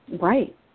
right